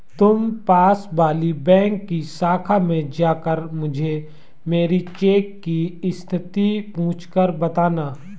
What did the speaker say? तुम पास वाली बैंक की शाखा में जाकर मुझे मेरी चेक की स्थिति पूछकर बताना